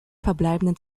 verbleibenden